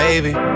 Baby